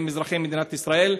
הם אזרחי מדינת ישראל.